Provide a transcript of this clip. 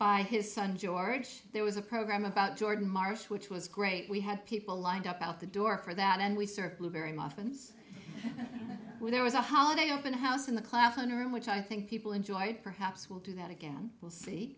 by his son george there was a program about george marsh which was great we had people lined up out the door for that and we serve blueberry muffins when there was a holiday open house in the claflin room which i think people enjoyed perhaps we'll do that again we'll see